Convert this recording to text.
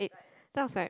sounds like